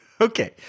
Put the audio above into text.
Okay